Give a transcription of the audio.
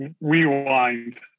rewind